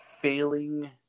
failing